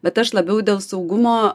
bet aš labiau dėl saugumo